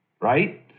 right